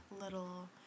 little